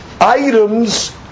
items